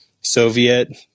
soviet